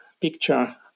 picture